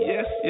Yes